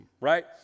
right